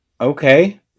Okay